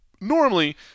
normally